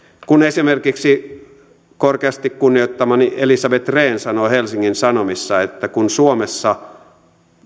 esimerkiksi korkeasti kunnioittamani elisabeth rehn sanoo helsingin sanomissa että kun suomessa